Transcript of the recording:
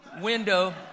window